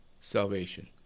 salvation